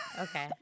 Okay